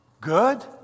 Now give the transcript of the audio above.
Good